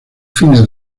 fines